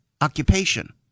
occupation